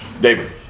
David